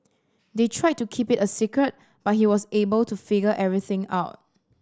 they tried to keep it a secret but he was able to figure everything out